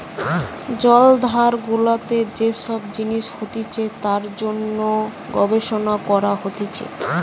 জলাধার গুলাতে যে সব জিনিস হতিছে তার জন্যে গবেষণা করা হতিছে